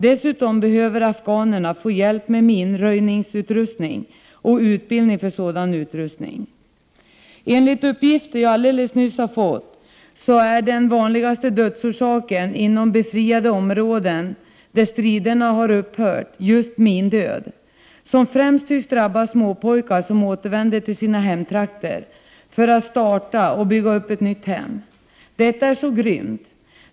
Dessutom behöver afghanerna få hjälp med minröjningsutrustning och utbildning för sådan utrustning. Enligt uppgifter som jag alldeles nyligen har fått är den vanligaste dödsorsaken inom befriade områden, där strider upphört, just mindöd, som främst tycks drabba småpojkar som återvänder till sina hemtrakter för att starta och bygga upp ett nytt hem. Detta är så grymt.